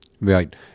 Right